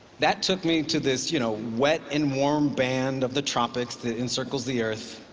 that took me to this you know wet and warm band of the tropics that encircles the earth.